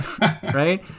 Right